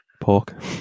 pork